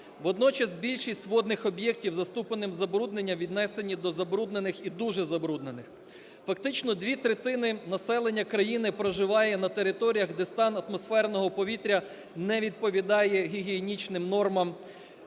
Водночас більшість водних об'єктів за ступенем забруднення віднесені до забруднених і дуже забруднених. Фактично дві третини населення країни проживає на територіях, де стан атмосферного повітря не відповідає гігієнічним нормам,